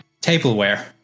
tableware